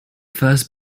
first